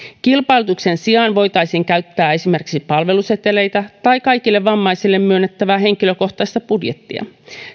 kilpailutuksen sijaan voitaisiin käyttää esimerkiksi palveluseteleitä tai kaikille vammaisille myönnettävää henkilökohtaista budjettia